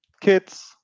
kids